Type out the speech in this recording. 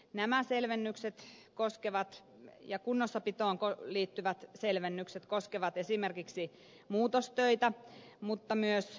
nämä selvennykset ja kunnossapitoon liittyvät selvennykset koskevat esimerkiksi muutostöitä mutta myös kunnossapitotöitä